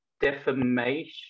defamation